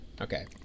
Okay